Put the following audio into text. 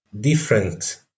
different